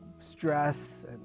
stress